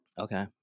Okay